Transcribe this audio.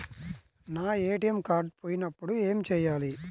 నా ATM card పోయినప్పుడు ఏమి చేయాలి?